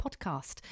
podcast